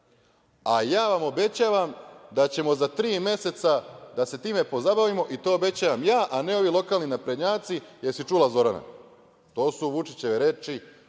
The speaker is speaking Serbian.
a ja vam obećavam da ćemo za tri meseca da se time pozabavimo i to obećavam ja, a ne ovi lokalni naprednjaci, jesi li čula, Zorana? To su Vučićeve reči